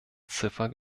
ziffer